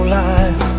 life